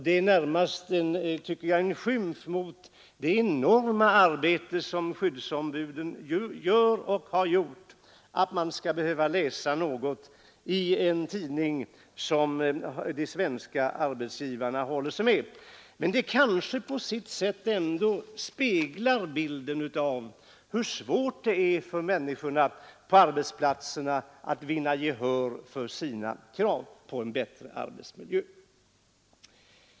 Det är närmast en skymf mot det enorma arbete som skyddsombuden gör och har gjort att man skall behöva läsa något sådant som detta i en tidning för de svenska arbetsgivarna. Men det kanske på sitt sätt ändå speglar bilden av hur svårt det är för människorna på arbetsplatserna att vinna gehör för sina krav på en bättre arbetsmiljö.